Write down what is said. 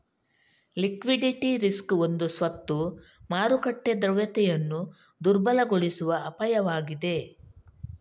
liquidity risk ಒಂದು ಸ್ವತ್ತು ಮಾರುಕಟ್ಟೆ ದ್ರವ್ಯತೆಯನ್ನು ದುರ್ಬಲಗೊಳಿಸುವ ಅಪಾಯವಾಗಿದೆ